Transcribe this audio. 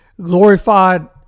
glorified